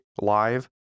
live